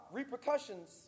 repercussions